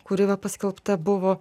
kuri va paskelbta buvo